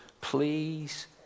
please